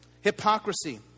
hypocrisy